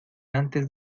antes